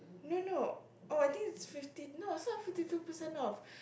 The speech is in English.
no no oh I think is fifty no it's not even fifty two percent off